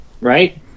right